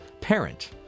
parent